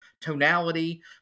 tonality